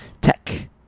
Tech